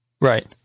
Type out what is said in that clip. Right